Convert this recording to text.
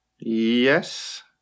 Yes